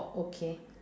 oh okay